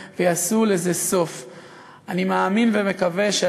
מה ביקשנו, שקיפות?